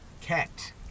cat